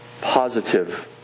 positive